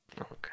Okay